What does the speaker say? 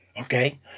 Okay